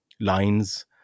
lines